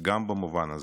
גם במובן הזה.